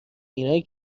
اینایی